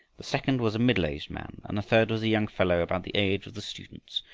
the second was a middleaged man, and the third was a young fellow about the age of the students.